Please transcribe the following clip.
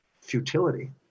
futility